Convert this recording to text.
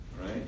Right